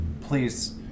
please